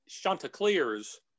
Chanticleers